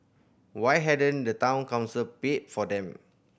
why hadn't the Town Council paid for them